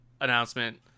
announcement